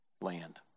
land